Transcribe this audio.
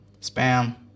spam